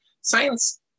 science